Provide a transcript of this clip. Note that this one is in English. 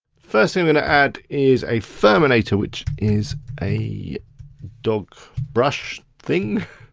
first thing i'm gonna add is a furminator, which is a dog brush thing.